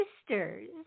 Sisters